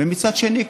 ומצד שני,